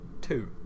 Two